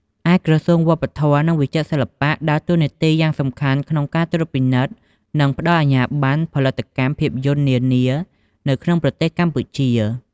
ឯក្រសួងវប្បធម៌ និងវិចិត្រសិល្បៈ ដើរតួនាទីយ៉ាងសំខាន់ក្នុងការត្រួតពិនិត្យ និងផ្តល់អាជ្ញាបណ្ណផលិតកម្មភាពយន្តនានានៅក្នុងប្រទេសកម្ពុជា។